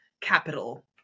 capital